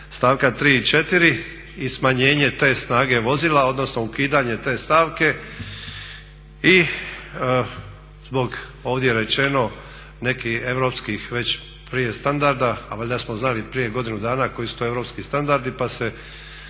stavka 3. i 4. i smanjenje te snage vozila, odnosno ukidanje te stavke. I zbog, ovdje je rečeno nekih europskih već prije standarda, a valjda smo znali prije godinu dana koji su to europski standardi pa se